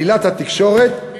אלילת התקשורת,